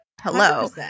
hello